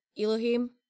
Elohim